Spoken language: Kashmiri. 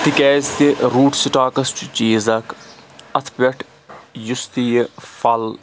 تِکیاز تہِ روٗٹ سٕٹاکَس چھُ چیٖز اکھ اَتھ پؠٹھ یُس تہِ یہِ پھَل